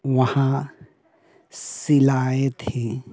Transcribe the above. वहाँ शिलाएँ थी